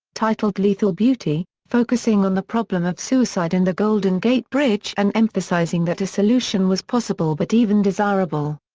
titled lethal beauty, focusing on the problem of suicide and the golden gate bridge and emphasizing that a solution was possible but even desirable.